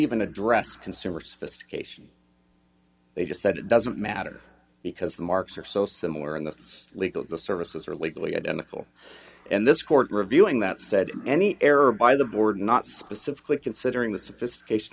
even address consumer sophistication they just said it doesn't matter because the marks are so similar and that's legal if the services are legally identical and this court reviewing that said any error by the board not specifically considering the sophistication